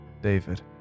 David